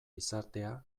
izatea